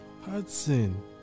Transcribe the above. Hudson